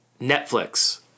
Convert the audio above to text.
Netflix